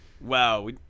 Wow